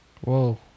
Whoa